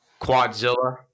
quadzilla